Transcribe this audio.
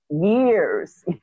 years